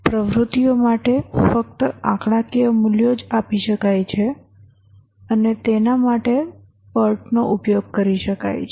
પ્રવૃત્તિઓ માટે ફક્ત આંકડાકીય મૂલ્યો જ આપી શકાય છે અને તેના માટે PERT નો ઉપયોગ કરી શકાય છે